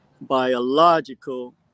biological